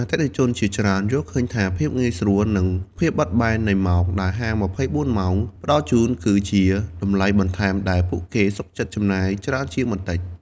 អតិថិជនជាច្រើនយល់ឃើញថា ភាពងាយស្រួល និង ភាពបត់បែននៃម៉ោង ដែលហាង ២៤ ម៉ោងផ្តល់ជូន គឺជា តម្លៃបន្ថែមដែលពួកគេសុខចិត្តចំណាយច្រើនជាងបន្តិច។